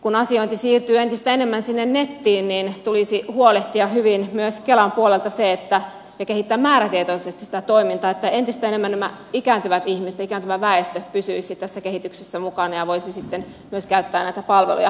kun asiointi siirtyy entistä enemmän sinne nettiin niin tulisi huolehtia hyvin myös kelan puolelta se ja kehittää määrätietoisesti sitä toimintaa että entistä enemmän nämä ikääntyvät ihmiset ja ikääntyvä väestö pysyisi tässä kehityksessä mukana ja voisi sitten myös käyttää näitä palveluja